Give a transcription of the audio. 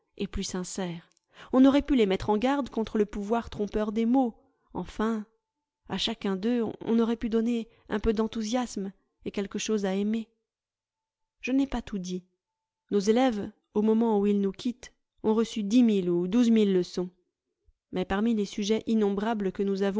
et plus sincères on aurait pu les mettre en garde contre le pouvoir trompeur des mots enfin à chacun d'eux on aurait pu donner un peu d'enthousiasme et quelque chose à aimer je n'ai pas tout dit nos élèves au moment où ils nous quittent ont reçu dix mille ou douze mille leçons mais parmi les sujets innombrables que nous